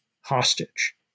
hostage